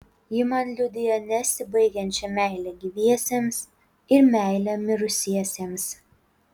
ji man liudija nesibaigiančią meilę gyviesiems ir meilę mirusiesiems